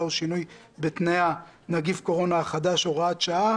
או שינוי בתנאיה) (נגיף הקורונה החדש הוראת שעה